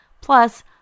Plus